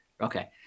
Okay